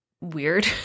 weird